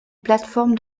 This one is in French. plateforme